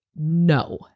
no